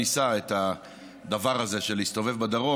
ניסה את הדבר הזה של להסתובב בדרום.